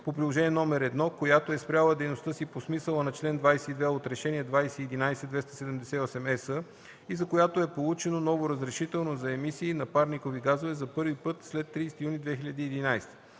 по Приложение № 1, която е спряла дейността си по смисъла на чл. 22 от Решение 2011/278/ЕС и за която е получено ново разрешително за емисии на парникови газове за първи път след 30 юни 2011